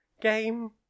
game